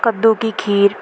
کدو کی کھیر